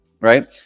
right